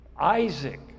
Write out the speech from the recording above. Isaac